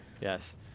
Yes